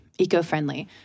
eco-friendly